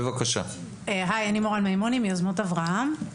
יוזמות אברהם.